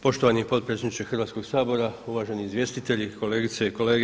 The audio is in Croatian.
Poštovani potpredsjedniče Hrvatskoga sabora, uvaženi izvjestitelji, kolegice i kolege.